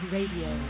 Radio